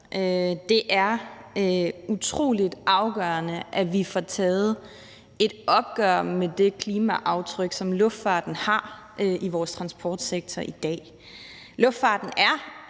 Det er utrolig afgørende, at vi får taget et opgør med det klimaaftryk, som luftfarten har i vores transportsektor i dag. Luftfarten er